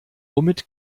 womit